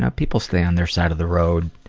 ah people stay on their side of the road.